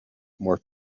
more